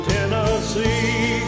Tennessee